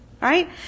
Right